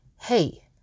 Hey